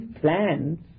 plans